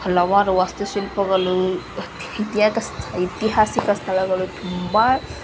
ಹಲವಾರು ವಾಸ್ತುಶಿಲ್ಪಗಳು ಇತಿಹಾಸ ಐತಿಹಾಸಿಕ ಸ್ಥಳಗಳು ತುಂಬ